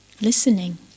listening